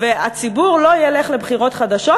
והציבור לא ילך לבחירות חדשות,